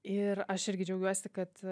ir aš irgi džiaugiuosi kad